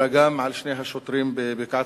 אלא גם על שני השוטרים בבקעת-הירדן,